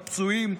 בפצועים,